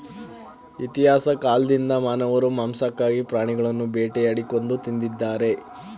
ಇತಿಹಾಸ ಕಾಲ್ದಿಂದ ಮಾನವರು ಮಾಂಸಕ್ಕಾಗಿ ಪ್ರಾಣಿಗಳನ್ನು ಬೇಟೆಯಾಡಿ ಕೊಂದು ತಿಂದಿದ್ದಾರೆ